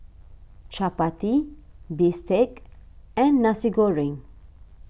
Chappati Bistake and Nasi Goreng